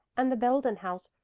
and the belden house,